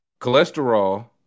Cholesterol